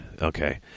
Okay